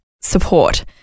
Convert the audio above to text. support